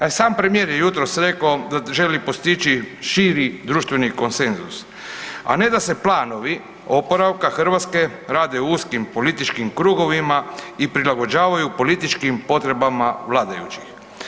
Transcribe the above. A i sam premijer je jutros reko da želi postići širi društveni konsenzus a ne da se planovi oporavka Hrvatske rade u uskim političkim krugovima i prilagođavaju političkim potrebama vladajućih.